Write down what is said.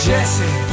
Jesse